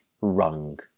rung